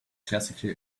classical